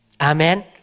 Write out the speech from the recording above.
Amen